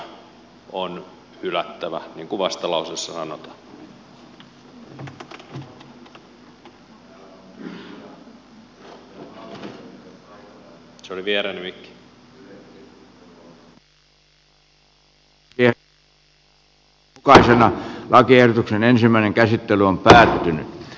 tämä on tässä muodossaan hylättävä niin kuin vastalauseessa sanotaan